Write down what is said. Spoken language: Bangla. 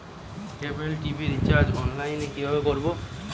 কেবল টি.ভি রিচার্জ অনলাইন এ কিভাবে করব?